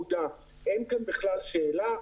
אין כאן בכלל שאלה.